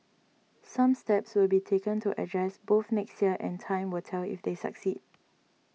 some steps will be taken to address both next year and time will tell if they succeed